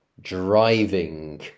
driving